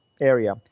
area